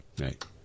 right